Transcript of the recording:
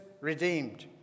redeemed